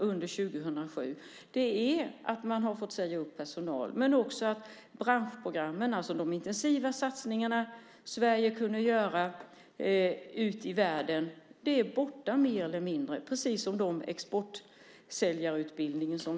En sådan sak är att personal har fått sägas upp men också att branschprogrammen, de intensiva satsningar Sverige har gjort ut i världen, är mer eller mindre borta - precis som exportsäljarutbildningen.